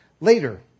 later